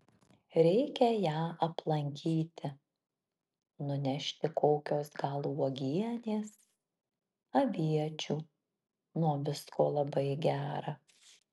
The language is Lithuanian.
reikia ją aplankyti nunešti kokios gal uogienės aviečių nuo visko labai gera